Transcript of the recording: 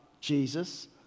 Jesus